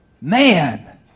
Man